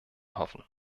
hoffen